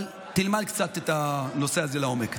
אבל תלמד קצת את הנושא הזה לעומק.